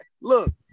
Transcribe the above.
look